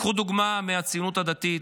קחו דוגמה מהציונות הדתית,